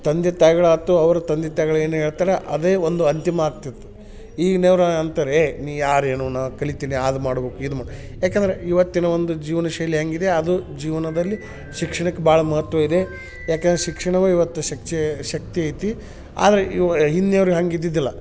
ತಂದೆ ತಾಯ್ಗಳು ಅಥ್ವಾ ಅವರ ತಂದೆ ತಾಯ್ಗಳು ಏನು ಹೇಳ್ತಾರೆ ಅದೇ ಒಂದು ಅಂತಿಮ ಆಗ್ತಿತ್ತು ಈಗಿನವ್ರು ಅಂತಾರೆ ಏಯ್ ನೀ ಯಾರು ಏನು ನಾನು ಕಲಿತೀನಿ ಅದು ಮಾಡ್ಬೇಕು ಇದು ಮಾ ಏಕೆಂದ್ರೆ ಇವತ್ತಿನ ಒಂದು ಜೀವನಶೈಲಿ ಹೇಗಿದೆ ಅದು ಜೀವನದಲ್ಲಿ ಶಿಕ್ಷಣಕ್ಕೆ ಭಾಳ ಮಹತ್ವ ಇದೆ ಯಾಕೆಂದ್ರೆ ಶಿಕ್ಷಣವೇ ಇವತ್ತು ಶಕ್ತಿ ಐತಿ ಆದ್ರೆ ಹಿಂದಿನವ್ರು ಹಂಗೆ ಇದ್ದಿದ್ದಿಲ್ಲ